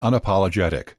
unapologetic